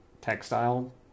textile